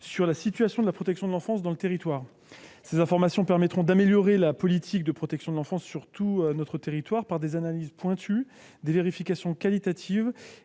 sur la situation de la protection de l'enfance dans le territoire. Ces informations permettront d'améliorer la politique de protection de l'enfance sur l'ensemble du pays, par des analyses pointues, des vérifications qualitatives